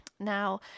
Now